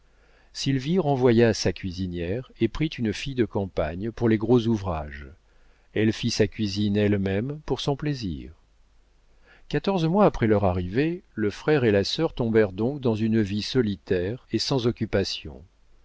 sylvie renvoya sa cuisinière et prit une fille de campagne pour les gros ouvrages elle fit sa cuisine elle-même pour son plaisir quatorze mois après leur arrivée le frère et la sœur tombèrent donc dans une vie solitaire et sans occupation